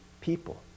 people